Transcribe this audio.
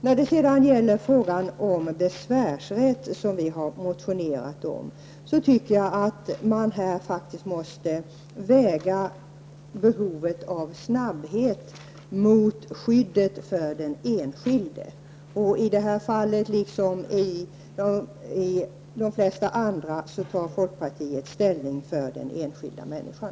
När det sedan gäller frågan om besvärsrätten, som vi har motionerat om, tycker jag att man här faktiskt måste väga behovet av snabbhet mot skyddet för den enskilde. I det här fallet, liksom i de flesta andra, tar folkpartiet ställning för den enskilda människan.